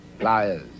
liars